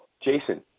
Jason